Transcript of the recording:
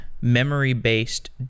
memory-based